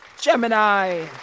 Gemini